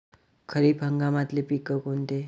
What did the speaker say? खरीप हंगामातले पिकं कोनते?